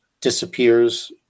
disappears